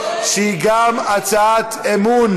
אנחנו עוברים להצעה הבאה לסדר-היום,